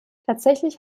tatsächlich